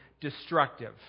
destructive